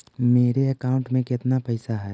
मेरे अकाउंट में केतना पैसा है?